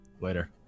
Later